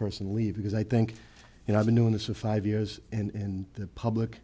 person leave because i think you know i've been doing this for five years and the public